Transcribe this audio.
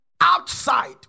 outside